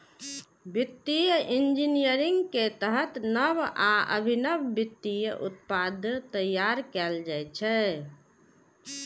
वित्तीय इंजीनियरिंग के तहत नव आ अभिनव वित्तीय उत्पाद तैयार कैल जाइ छै